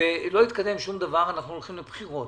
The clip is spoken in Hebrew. ולא התקדם שום דבר אז אנחנו הולכים לבחירות,